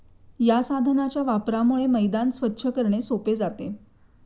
या साधनाच्या वापरामुळे मैदान स्वच्छ करणे सोपे जाते